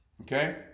Okay